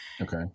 Okay